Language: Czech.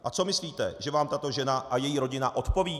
A co myslíte, že vám tato žena a její rodina odpoví?